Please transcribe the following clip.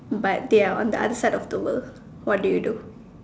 but they are on the other side of the world what do you do